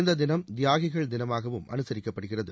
இந்த தினம் தியாகிகள் தினமாகவும் அனுசரிக்கப்படுகிறது